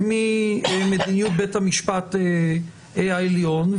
ממדיניות בית המשפט העליון,